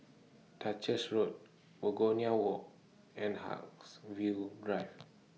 Duchess Road Begonia Walk and Haigsville Drive